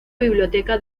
biblioteca